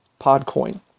PodCoin